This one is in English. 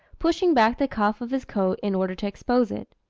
pushing back the cuff of his coat in order to expose it.